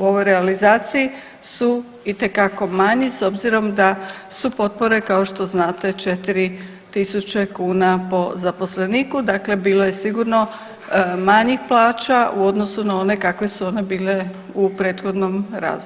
ovoj realizaciji su itekako manji s obzirom da su potpore kao što znate 4.000 kuna po zaposleniku, dakle bilo je sigurno manjih plaća u odnosu na one kakve su one bile u prethodnom razdoblju.